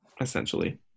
essentially